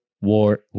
War